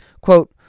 Quote